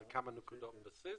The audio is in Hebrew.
זה כמה נקודות בסיס,